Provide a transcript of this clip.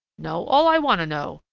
know all i want to know.